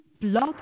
Blog